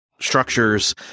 structures